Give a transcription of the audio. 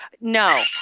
No